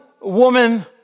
woman